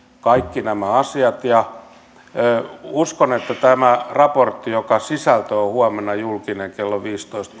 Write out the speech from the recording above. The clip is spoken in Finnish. kaikki nämä asiat uskon että tämä raportti jonka sisältö on huomenna julkinen kello viisitoista